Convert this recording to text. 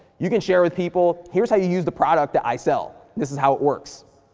you can share with people, here's how you use the product that i sell. this is how it works.